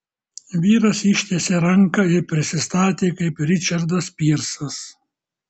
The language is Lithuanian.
vyras ištiesė ranką ir prisistatė kaip ričardas pyrsas